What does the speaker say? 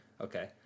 Okay